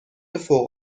فوق